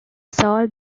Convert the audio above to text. sold